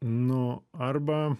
nu arba